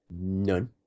None